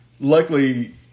luckily